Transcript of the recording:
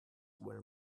were